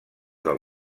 del